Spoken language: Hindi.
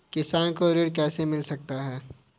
किसानों को ऋण कैसे मिल सकता है?